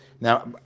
Now